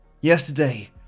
Yesterday